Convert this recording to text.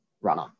runner